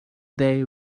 they